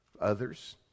Others